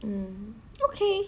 um okay